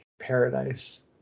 paradise